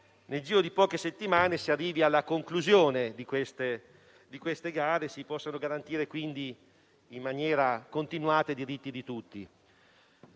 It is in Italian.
nel giro di poche settimane, si arrivi alla conclusione delle gare così da poter garantire in maniera continuata i diritti di tutti.